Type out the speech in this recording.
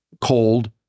cold